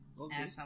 Okay